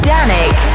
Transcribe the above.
Danik